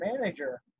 manager